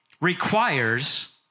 requires